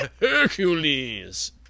Hercules